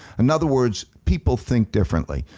in other words, people think differently.